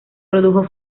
produjo